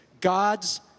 God's